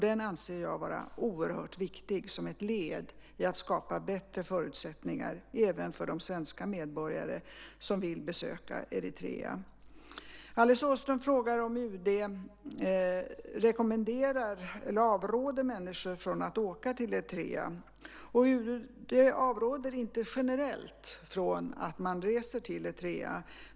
Den anser jag vara oerhört viktig som ett led i att skapa bättre förutsättningar även för de svenska medborgare som vill besöka Eritrea. Alice Åström frågar om UD avråder människor från att åka till Eritrea. UD avråder inte generellt från att man reser till Eritrea.